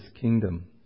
kingdom